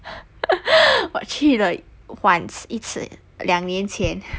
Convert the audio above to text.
我去了 once 一次两年前